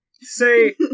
Say